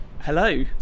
hello